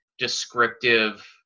Descriptive